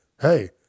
Hey